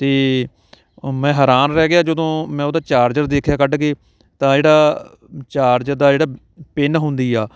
ਅਤੇ ਮੈਂ ਹੈਰਾਨ ਰਹਿ ਗਿਆ ਜਦੋਂ ਮੈਂ ਉਹਦਾ ਚਾਰਜਰ ਦੇਖਿਆ ਕੱਢ ਕੇ ਤਾਂ ਜਿਹੜਾ ਚਾਰਜ ਦਾ ਜਿਹੜਾ ਪਿੰਨ ਹੁੰਦੀ ਆ